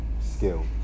skill